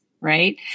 right